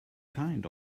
kind